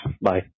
Bye